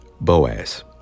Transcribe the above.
Boaz